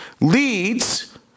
leads